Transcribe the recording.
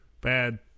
Bad